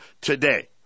today